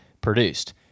produced